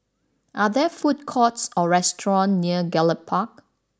are there food courts or restaurants near Gallop Park